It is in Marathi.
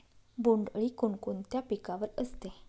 बोंडअळी कोणकोणत्या पिकावर असते?